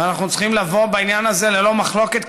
ואנחנו צריכים לבוא בעניין הזה ללא מחלוקת,